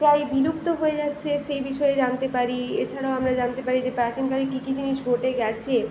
পরে বিলুপ্ত হয়ে যাচ্ছে সেই বিষয়ে জানতে পারি এছাড়াও আমরা জানতে পারি যে প্রাচীনকালে কী কী জিনিস ঘটে গেছে